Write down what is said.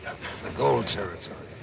the gold territories.